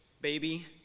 baby